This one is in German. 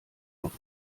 auf